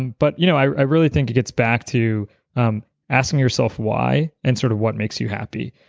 and but you know i really think it gets back to um asking yourself why and sort of what makes you happy,